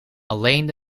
alleen